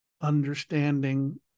understanding